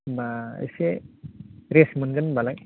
होनबा एसे रेस्त मोनगोन होनबालाय